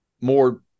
more